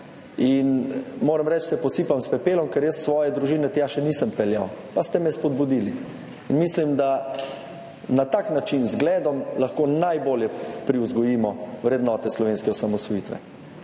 Moram reči, se posipam s pepelom, ker jaz svoje družine tja še nisem peljal, pa ste me spodbudili in mislim, da na tak način, z zgledom, lahko najbolje privzgojimo vrednote slovenske osamosvojitve.